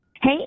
hey